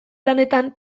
lanetan